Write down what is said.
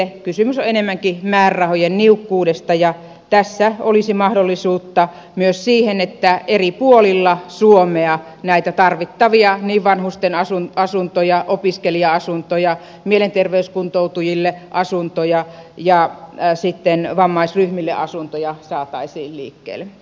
kysymys on enemmänkin määrärahojen niukkuudesta ja tässä olisi mahdollisuutta myös siihen että eri puolilla suomea näitä tarvittavia vanhusten asuntoja opiskelija asuntoja mielenterveyskuntoutujien asuntoja ja sitten vammaisryhmien asuntoja saataisiin liikkeelle